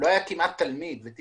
לא היה תלמיד שלא